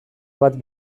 bat